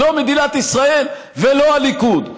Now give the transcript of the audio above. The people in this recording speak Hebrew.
לא מדינת ישראל ולא הליכוד.